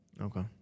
Okay